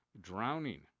Drowning